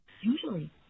Usually